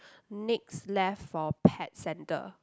next left for pet centre